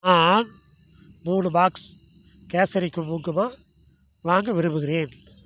நான் மூணு பாக்ஸ் கேசரி குங்குமப்பூ வாங்க விரும்புகிறேன்